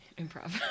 Improv